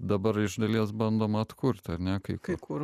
dabar iš dalies bandoma atkurt ar ne kaip kai kur